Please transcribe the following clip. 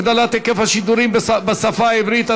הגדלת היקף השידורים בשפה הערבית),